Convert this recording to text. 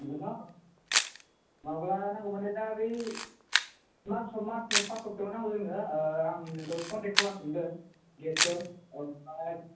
मोनगोन न माब्ला नांगौ माने दा बै मार्साआव मार्सनि फार्स्ट सप्तायाव आव नांगौ जोंनो आं नोंखो कनटेक्ट खालामफिनगोन डेटखो ओमफ्राय